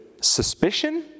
suspicion